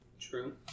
True